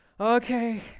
okay